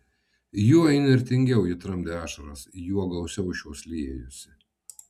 juo įnirtingiau ji tramdė ašaras juo gausiau šios liejosi